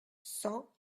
cent